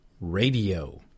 radio